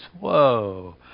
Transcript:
whoa